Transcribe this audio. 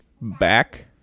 back